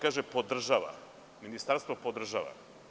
Kaže -podržava, ministarstvo podržava.